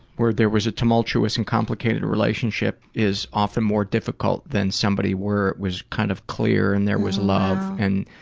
where there was a tumultuous and complicated relationship is often more difficult than somebody where it was kind of clear and there was love and,